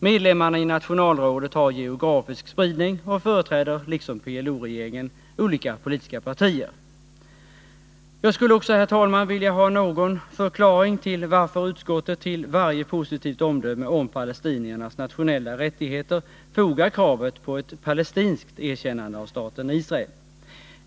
Medlemmarna i nationalrådet har geografisk spridning och företräder liksom PLO-regeringen olika politiska partier. Jag skulle också, herr talman, vilja ha någon förklaring till varför utskottet till varje positivt omdöme om palestiniernas nationella rättigheter fogar kravet på ett palestinskt erkännande av staten Israel.